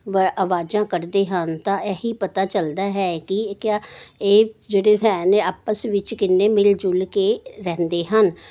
ਅਵਾ ਆਵਾਜ਼ਾਂ ਕੱਢਦੇ ਹਨ ਤਾਂ ਇਹੀ ਪਤਾ ਚੱਲਦਾ ਹੈ ਕਿ ਕਿਆ ਇਹ ਜਿਹੜੇ ਹੈ ਨੇ ਆਪਸ ਵਿੱਚ ਕਿੰਨੇ ਮਿਲ ਜੁਲ ਕੇ ਰਹਿੰਦੇ ਹਨ